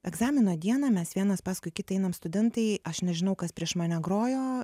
egzamino dieną mes vienas paskui kitą einam studentai aš nežinau kas prieš mane grojo